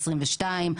2022,